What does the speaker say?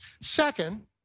Second